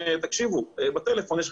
בטלפון: תקשיבו,